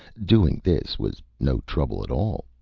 doing this was no trouble at all.